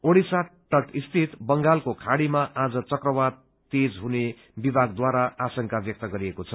आडिसा तट स्थित बंगालको खाड़ीमा आज चक्रवात तेज हुने विभागद्वारा आशंका व्यक्त गरिएको छ